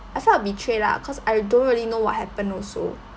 I felt betrayed lah cause I don't really know what happened also